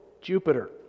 Jupiter